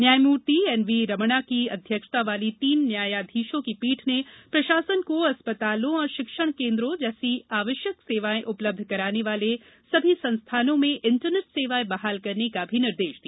न्यायमूर्ति एनवी रमणा की अध्यक्षता वाली तीन न्यायाधीशों की पीठ ने प्रशासन को अस्पतालों और शिक्षण केन्द्रों जैसी आवश्यक सेवाएं उपलब्ध कराने वाले सभी संस्थानों में इंटरनेट सेवाएं बहाल करने का भी निर्देश दिया